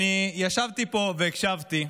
אני ישבתי פה והקשבתי,